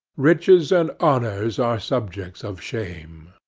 riches and honors are subjects of shame.